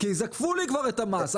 כי זקפו לי כבר את המס.